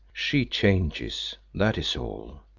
she changes, that is all.